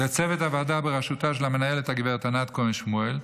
לצוות הוועדה בראשותה של המנהלת הגב' ענת כהן שמואל,